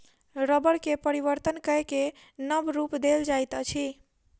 रबड़ के परिवर्तन कय के नब रूप देल जाइत अछि